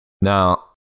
Now